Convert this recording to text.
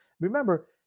Remember